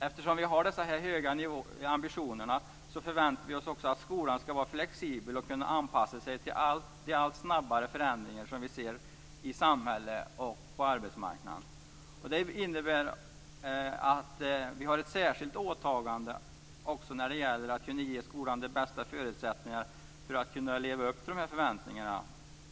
Eftersom vi har så höga ambitioner förväntar vi oss också att skolan skall vara flexibel och kunna anpassa sig till de allt snabbare förändringar som vi ser i samhället och på arbetsmarknaden. Det innebär att vi har ett särskilt åtagande också när det gäller att kunna ge skolan de bästa förutsättningarna för att kunna leva upp till de här förväntningarna.